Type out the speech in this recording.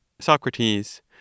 Socrates